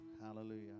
Hallelujah